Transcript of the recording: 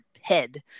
head